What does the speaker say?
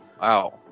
Wow